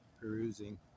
perusing